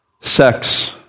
sex